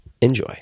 Enjoy